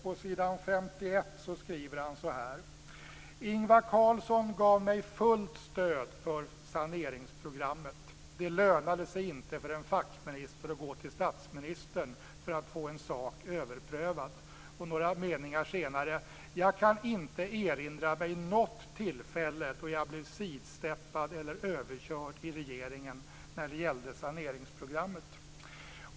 På s. 51 skriver han att Ingvar Carlsson gav honom fullt stöd för saneringsprogrammet. Det lönade sig inte för en fackminister att gå till statsministern för att få en sak överprövad. Några meningar senare står det att han inte kunde erinra sig något tillfälle då han blev sidsteppad eller överkörd i regeringen när det gällde saneringsprogrammet.